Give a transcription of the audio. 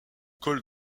col